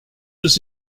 was